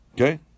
Okay